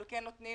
אבל כן נותנים